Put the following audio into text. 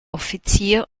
offizier